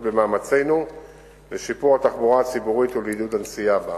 במאמצינו לשפר את התחבורה הציבורית ולעודד את הנסיעה בה.